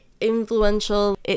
influential